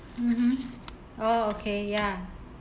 mmhmm oh okay ya